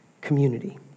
community